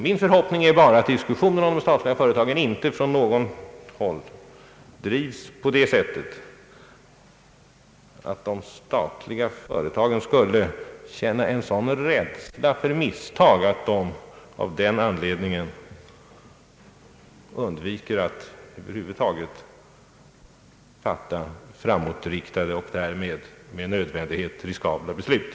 Min förhoppning är bara att diskussionen om de statliga företagen inte på något håll drivs på det sättet, att de statliga företagen skulle känna en sådan rädsla för misstag, att de av den anledningen undviker att över huvud taget fatta framåtriktade och därmed med nödvändighet riskabla beslut.